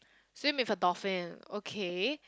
swim with a dolphin okay